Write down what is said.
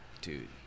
Dude